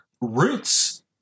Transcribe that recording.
roots